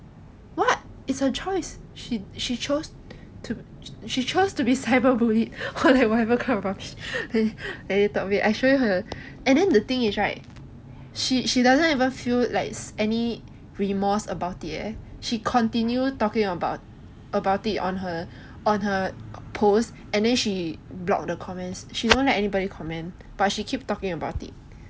what it's her choice she chose she chose to be cyber bullied or like whatever kind of rubbish that they talk wait I show you her and then the thing is right she she doesn't even feel any remorse about it leh she continue talking about about it on her on her post and then she block the comments she don't let anybody comment but she keep talking about it